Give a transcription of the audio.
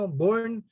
born